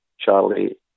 Charlie